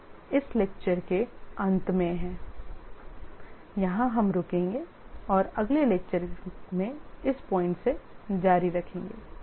हम इस व्याख्यान के अंत में हैं हम यहां रुकेंगे और हम अगले व्याख्यान में इस पॉइंट से जारी रखेंगे